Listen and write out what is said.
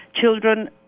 children